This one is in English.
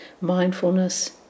mindfulness